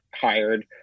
hired